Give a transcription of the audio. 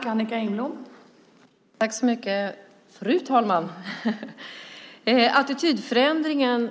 Fru talman! Jag kan tala om att attitydförändringen